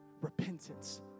repentance